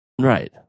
Right